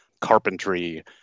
carpentry